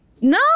no